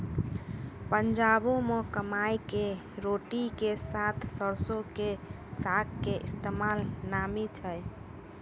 पंजाबो मे मकई के रोटी के साथे सरसो के साग के इस्तेमाल नामी छै